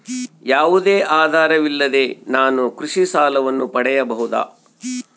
ಯಾವುದೇ ಆಧಾರವಿಲ್ಲದೆ ನಾನು ಕೃಷಿ ಸಾಲವನ್ನು ಪಡೆಯಬಹುದಾ?